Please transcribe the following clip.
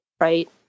right